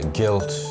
guilt